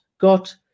got